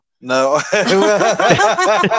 No